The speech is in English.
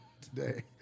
today